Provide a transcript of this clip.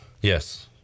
Yes